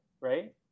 right